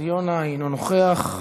יוסי יונה, אינו נוכח.